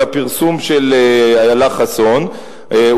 על הפרסום של איילה חסון,